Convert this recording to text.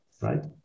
right